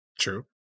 True